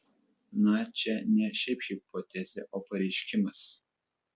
na čia ne šiaip hipotezė o pareiškimas